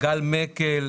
גל מקל,